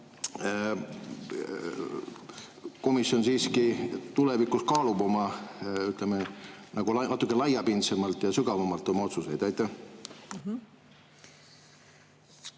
komisjon siiski tulevikus kaalub natuke laiapindsemalt ja sügavamalt oma otsuseid. Aitäh